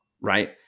right